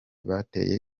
bateye